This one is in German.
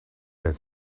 der